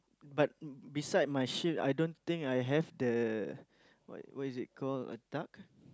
but beside my sheep I don't think I have the what what is it call a duck